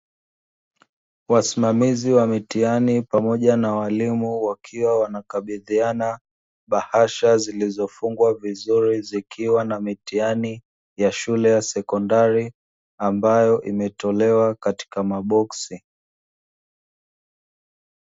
Wasimamizi wa mitihani pamoja na walimu, wakiwa wanakabidhiana bahasha zilizofungwa vizuri, zikiwa na mitihani ya shule ya sekondari ambayo imetolewa katika maboksi.